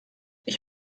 ich